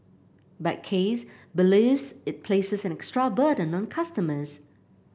but Case believes it places an extra burden on customers